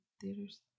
theaters